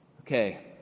okay